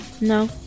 No